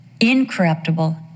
incorruptible